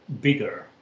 bigger